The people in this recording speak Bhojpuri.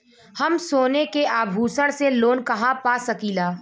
हम सोने के आभूषण से लोन कहा पा सकीला?